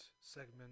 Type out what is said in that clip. segment